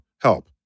help